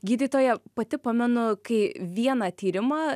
gydytoja pati pamenu kai vieną tyrimą